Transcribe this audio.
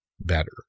better